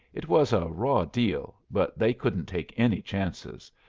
it was a raw deal, but they couldn't take any chances.